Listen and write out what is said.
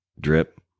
drip